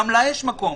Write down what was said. גם להם יש מקום,